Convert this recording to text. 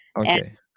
Okay